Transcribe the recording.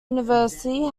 university